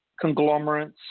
conglomerates